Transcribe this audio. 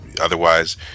otherwise